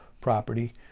property